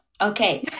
Okay